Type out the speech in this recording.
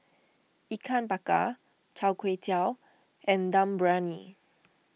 Ikan Bakar Chai Tow Kway and Dum Briyani